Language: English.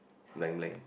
blank blank